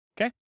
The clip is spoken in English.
Okay